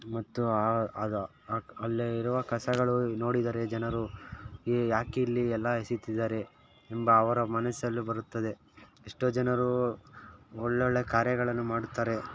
ಮತ್ತು ಅಲ್ಲೇ ಇರುವ ಕಸಗಳು ನೋಡಿದರೆ ಜನರು ಏಕೆ ಇಲ್ಲಿ ಎಲ್ಲ ಎಸೀತಿದ್ದಾರೆ ಎಂಬ ಅವರ ಮನಸಲ್ಲೂ ಬರುತ್ತದೆ ಎಷ್ಟೋ ಜನರು ಒಳ್ಳೊಳ್ಳೆ ಕಾರ್ಯಗಳನ್ನು ಮಾಡುತ್ತಾರೆ